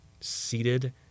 seated